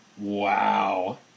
Wow